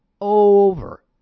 over